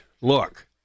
look